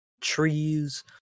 trees